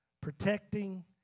protecting